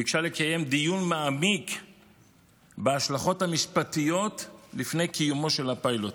ביקשה לקיים דיון מעמיק בהשלכות המשפטיות לפני קיומו של הפיילוט.